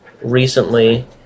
recently